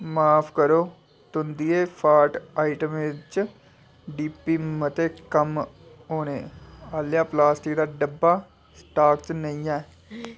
माफ करो तुं'दियें कार्ट आइटमें चा डी पी मते कम्म औने आह्ला प्लास्टिक दा डब्बा स्टाक च नेईं ऐ